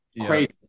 crazy